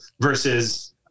versus